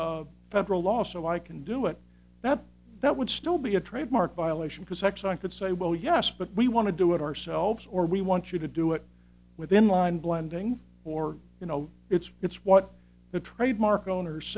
under federal law so i can do it that that would still be a trademark violation because exxon could say well yes but we want to do it ourselves or we want you to do it within line blending or you know it's it's what the trademark owner